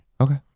Okay